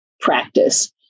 practice